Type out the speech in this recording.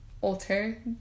alter